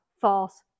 false